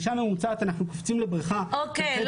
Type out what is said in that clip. אישה ממוצעת אנחנו קופצים לבריכה --- אוקיי,